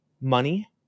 money